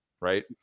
right